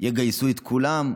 יגייסו את כולם?